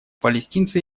палестинцы